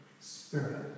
spirit